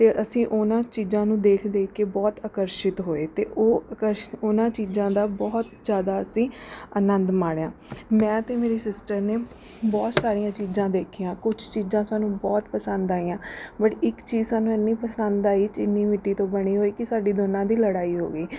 ਅਤੇ ਅਸੀਂ ਉਹਨਾਂ ਚੀਜ਼ਾਂ ਨੂੰ ਦੇਖ ਦੇਖ ਕੇ ਬਹੁਤ ਆਕਰਸ਼ਿਤ ਹੋਏ ਅਤੇ ਉਹ ਆਕਰਸ਼ਿ ਉਹਨਾਂ ਚੀਜ਼ਾਂ ਦਾ ਬਹੁਤ ਜ਼ਿਆਦਾ ਅਸੀਂ ਅਨੰਦ ਮਾਣਿਆ ਮੈਂ ਅਤੇ ਮੇਰੀ ਸਿਸਟਰ ਨੇ ਬਹੁਤ ਸਾਰੀਆਂ ਚੀਜ਼ਾਂ ਦੇਖੀਆਂ ਕੁਝ ਚੀਜ਼ਾਂ ਸਾਨੂੰ ਬਹੁਤ ਪਸੰਦ ਆਈਆਂ ਬੱਟ ਇੱਕ ਚੀਜ਼ ਸਾਨੂੰ ਇੰਨੀ ਪਸੰਦ ਆਈ ਚੀਨੀ ਮਿੱਟੀ ਤੋਂ ਬਣੀ ਹੋਈ ਕਿ ਸਾਡੀ ਦੋਨਾਂ ਦੀ ਲੜਾਈ ਹੋ ਗਈ